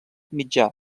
mitjà